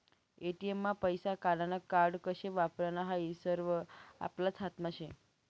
ATM मा पैसा काढानं कार्ड कशे वापरानं हायी सरवं आपलाच हातमा शे